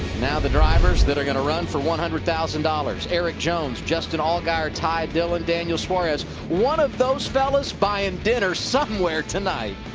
now the drivers that are going to run for one hundred thousand dollars. erik jones. justin allgaier. ty dillon. daniel suarez. one of those fellas are buying dinner somewhere tonight.